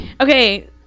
Okay